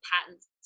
patents